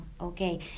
Okay